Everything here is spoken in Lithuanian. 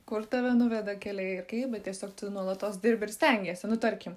kur tave nuveda keliai ir kaip bet tiesiog nuolatos dirbi ir stengiesi nu tarkim